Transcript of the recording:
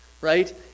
Right